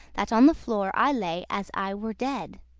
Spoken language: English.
that on the floor i lay as i were dead.